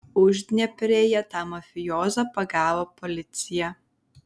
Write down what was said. uždnieprėje tą mafijozą pagavo policija